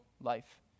life